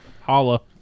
Holla